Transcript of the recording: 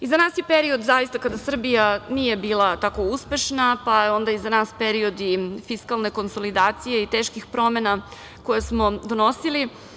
Iza nas je period kada Srbija nije bila tako uspešna, pa je onda iza nas i period fiskalne konsolidacije i teških promena koje smo donosili.